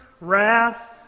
wrath